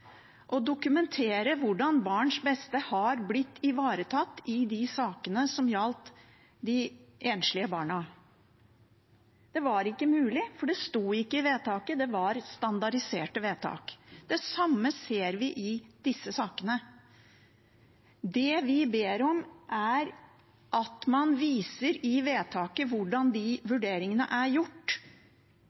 å dokumentere hvordan barns beste har blitt ivaretatt i de sakene som gjaldt de enslige barna. Det var ikke mulig, for det sto ikke i vedtaket. Det var standardiserte vedtak. Det samme ser vi i disse sakene. Det vi ber om, er at man viser i vedtaket hvordan de vurderingene er gjort.